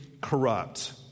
corrupt